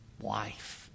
wife